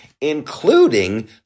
including